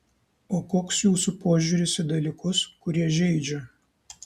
o koks jūsų požiūris į dalykus kurie žeidžia